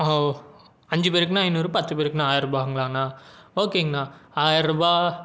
ஓ அஞ்சு பேருக்குன்னா ஐநூறு பத்து பேருக்குன்னா ஆயருரூபாங்களா அண்ணா ஓகேங்க அண்ணா ஆயர்ரூபா